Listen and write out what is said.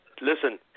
Listen